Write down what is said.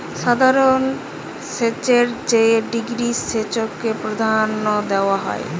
সাধারণ সেচের চেয়ে ড্রিপ সেচকে প্রাধান্য দেওয়া হয়